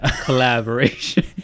collaboration